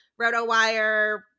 RotoWire